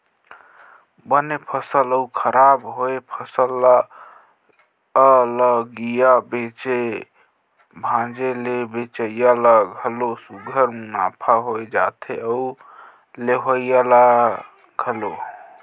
बने फसल अउ खराब होए फसल ल अलगिया के बेचे भांजे ले बेंचइया ल घलो सुग्घर मुनाफा होए जाथे अउ लेहोइया ल घलो